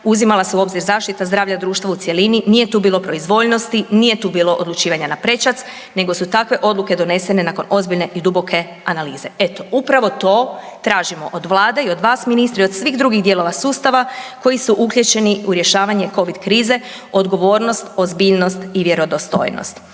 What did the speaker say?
uzimala se u obzir zaštita zdravlja društva u cjelini, nije tu bilo proizvoljnosti, nije tu bilo odlučivanja na prečac, nego su takve odluke donesene nakon ozbiljne i duboke analize. Eto, upravo to tražimo od vlade i od vas ministre i od svih drugih dijelova sustava koji su uključeni u rješavanje covid krize, odgovornost, ozbiljnost i vjerodostojnost.